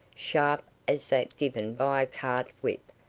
sharp as that given by a cart whip,